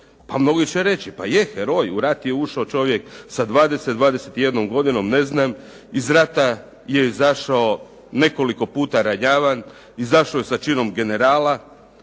Pa mnogi će reći pa je heroj, u rat je ušao čovjek sa 20, 21 godinom, ne znam. Iz rata je izašao nekoliko puta ranjavan, izašao sa činom generala.